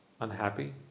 unhappy